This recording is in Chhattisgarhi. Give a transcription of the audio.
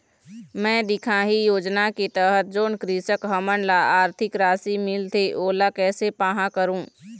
मैं दिखाही योजना के तहत जोन कृषक हमन ला आरथिक राशि मिलथे ओला कैसे पाहां करूं?